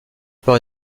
par